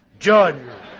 Judge